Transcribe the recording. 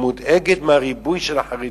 היא מודאגת מהריבוי של החרדים.